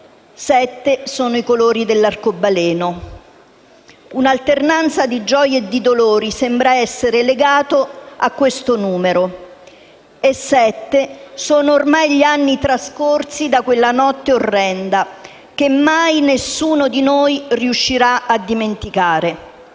sette sono i colori dell'arcobaleno. Un'alternanza di gioie e di dolori sembra essere legata a questo numero. Sette sono ormai gli anni trascorsi da quella notte orrenda, che mai nessuno di noi riuscirà a dimenticare.